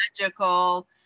magical